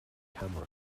camera